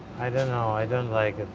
i don't know. i don't like it.